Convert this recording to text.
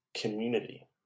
Community